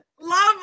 love